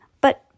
But